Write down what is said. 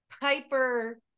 Piper